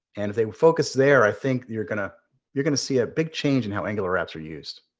and if they would focus there, i think you're gonna you're gonna see a big change in how angular apps are used.